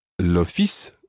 l'office